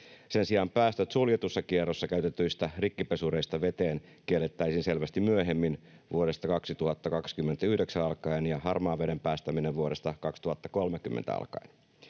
Sen sijaan päästöt suljetussa kierrossa käytetyistä rikkipesureista veteen kiellettäisiin selvästi myöhemmin, vuodesta 2029 alkaen ja harmaan veden päästäminen vuodesta 2030 alkaen.